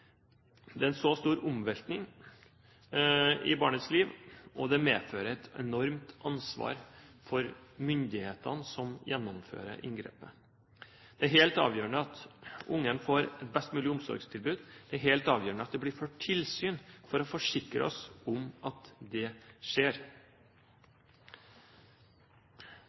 det er en stor omveltning i barnets liv, og det medfører et enormt ansvar for myndighetene som gjennomfører inngrepet. Det er helt avgjørende at barnet får best mulig omsorgstilbud, og det er helt avgjørende at det blir ført tilsyn for å forsikre oss om at det skjer.